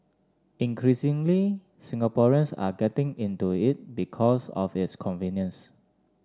increasingly Singaporeans are getting into it because of its convenience